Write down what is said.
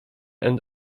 and